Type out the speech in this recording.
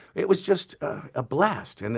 it was just a blast. and